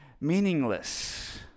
meaningless